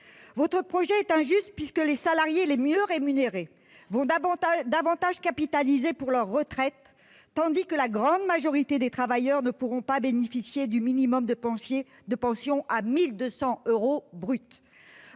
Votre projet est injuste, puisque les salariés les mieux rémunérés vont davantage capitaliser pour leur retraite tandis que la grande majorité des travailleurs ne pourront pas bénéficier du minimum de pension à 1 200 euros brut.